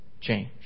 change